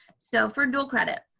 so for dual credit,